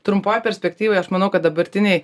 trumpoj perspektyvoj aš manau kad dabartinėj